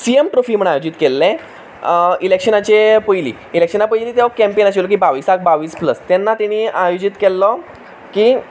C M trophy म्हूण आयोजीत केल्लें इलेक्शनाचे पयलीं इलेक्शना पयलीं तो कॅम्पेन आशिल्लो की बावीसाक बावीस प्लस तेन्ना तेणी आयोजीत केल्लो की